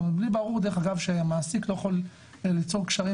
לי ברור דרך אגב שהמעסיק לא יכול ליצור קשרים